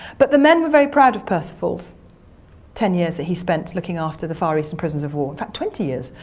but the men were very proud of percival's ten years that he spent looking after the far eastern prisoners of war in fact twenty years,